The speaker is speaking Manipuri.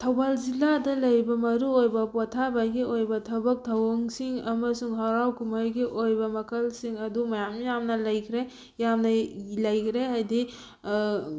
ꯊꯧꯕꯥꯜ ꯖꯤꯂꯥꯗ ꯂꯩꯕ ꯃꯔꯨꯑꯣꯏꯕ ꯄꯣꯊꯥꯕꯒꯤ ꯑꯣꯏꯕ ꯊꯕꯛ ꯊꯧꯑꯣꯡꯁꯤꯡ ꯑꯃꯁꯨꯡ ꯍꯔꯥꯎ ꯀꯨꯝꯍꯩꯒꯤ ꯑꯣꯏꯕ ꯃꯈꯜꯁꯤꯡ ꯑꯗꯨ ꯃꯌꯥꯝ ꯌꯥꯝꯅ ꯂꯩꯈ꯭ꯔꯦ ꯌꯥꯝꯅ ꯂꯩꯒ꯭ꯔꯦ ꯍꯥꯏꯗꯤ